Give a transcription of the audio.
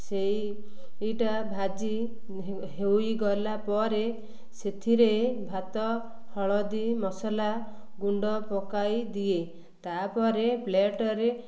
ସେଇଟା ଭାଜି ହେଇଗଲା ପରେ ସେଥିରେ ଭାତ ହଳଦୀ ମସଲା ଗୁଣ୍ଡ ପକାଇ ଦିଏ ତାପରେ ପ୍ଲେଟରେ